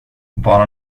bara